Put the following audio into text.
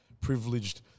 privileged-